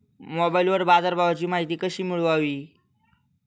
मोबाइलवर बाजारभावाची माहिती कशी मिळवावी?